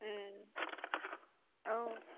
औ